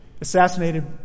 assassinated